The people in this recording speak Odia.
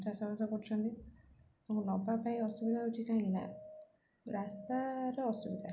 ଚାଷବାସ କରୁଛନ୍ତି ନେବା ପାଇଁ ଅସୁବିଧା ହେଉଛି କାହିଁକି ନା ରାସ୍ତାର ଅସୁବିଧା